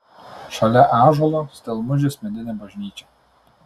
šalia ąžuolo stelmužės medinė bažnyčia